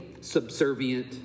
subservient